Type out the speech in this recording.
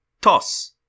Toss